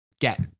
get